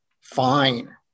fine